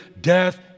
Death